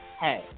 hey